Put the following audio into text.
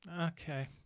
Okay